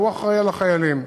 שהוא האחראי לחיילים.